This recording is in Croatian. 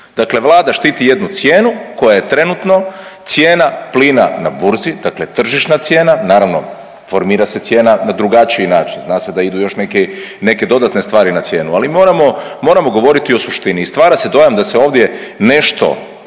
dakle Vlada štiti jednu cijenu koja je trenutno cijena plina na burzi, dakle tržišna cijena, naravno formira se cijena na drugačiji način, zna se da idu još neke i neke dodatne stvari na cijenu, ali moramo, moramo govoriti o suštini i stvara se dojam da se ovdje nešto